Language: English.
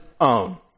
own